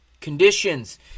conditions